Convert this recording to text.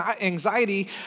Anxiety